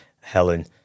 Helen